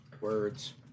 Words